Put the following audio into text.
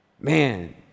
man